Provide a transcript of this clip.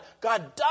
God